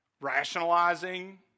Rationalizing